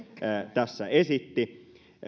tässä esitti